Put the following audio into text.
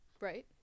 Right